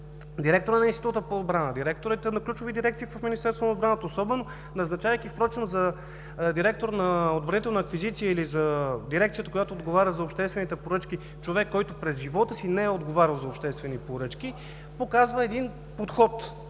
директора на Института по отбраната, директорите на ключови дирекции в Министерството на отбраната, особено назначавайки впрочем за директор на „Отбранителна аквизиция“ или на дирекцията, която отговаря за обществените поръчки, човек, който през живота си не е отговарял за обществени поръчки, показва един подход